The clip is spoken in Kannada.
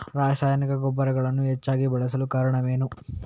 ರಾಸಾಯನಿಕ ಗೊಬ್ಬರಗಳನ್ನು ಹೆಚ್ಚಾಗಿ ಬಳಸಲು ಕಾರಣವೇನು?